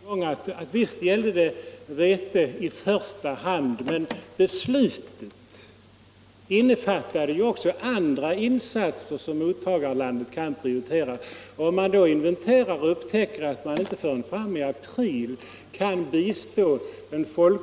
Herr talman! Jag vill än en gång betona att visst gällde det vete i första hand, men beslutet innefattade också andra insatser som mottagarlandet kan prioritera. Om man inventerar och upptäcker att man inte förrän fram i april kan bistå ett land